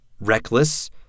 Reckless